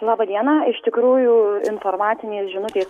laba diena iš tikrųjų informacinė žinutė